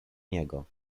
niego